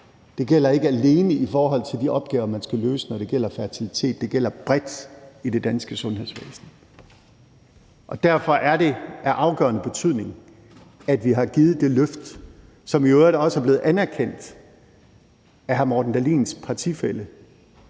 Det gælder ikke alene i forhold til de opgaver, man skal løse, når det gælder fertilitet; det gælder bredt i det danske sundhedsvæsen. Derfor er det af afgørende betydning, at vi har givet det løft, som i øvrigt også er blevet anerkendt af hr. Morten Dahlins partifælle,